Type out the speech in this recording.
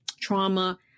trauma